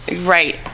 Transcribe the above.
Right